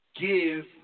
give